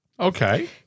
Okay